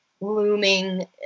looming